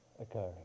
occurring